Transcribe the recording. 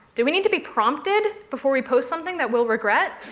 do we need to be prompted before we post something that we'll regret?